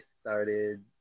started